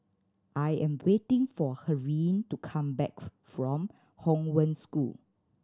I am waiting for Helene to come back from Hong Wen School